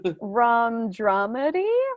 Rom-dramedy